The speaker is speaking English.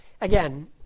Again